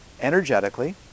energetically